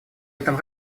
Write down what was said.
этом